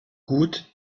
gut